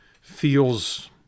feels